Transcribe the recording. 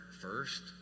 first